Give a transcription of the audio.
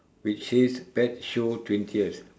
which says bat show twentieth